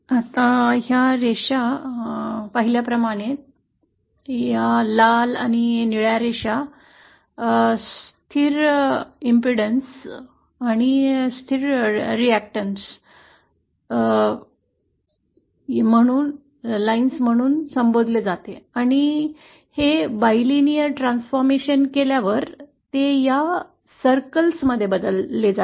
आता ही रेषा तुम्हाला पाहिल्याप्रमाणेच या लाल आणि निळ्या रेषाला स्थिर प्रतिरोध क आणि स्थिर स्थिर रिअॅक्टन्स लाइन म्हणून संबोधले जाते आणि हे बिलीनेर ट्रान्सफॉर्मेशन केल्यावर ते या सर्कलमध्ये बदलले जातात